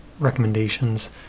recommendations